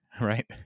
right